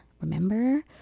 Remember